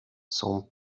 son